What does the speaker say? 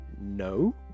no